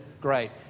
great